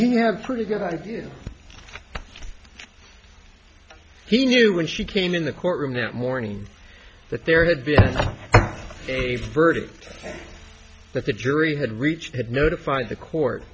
have pretty good idea he knew when she came in the courtroom that morning that there had been a verdict that the jury had reached had notified the court